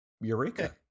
Eureka